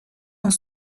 dans